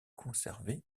conservés